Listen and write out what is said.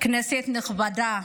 כנסת נכבדה,